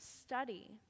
study